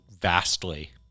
vastly